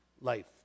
life